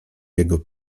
jego